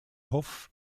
hoff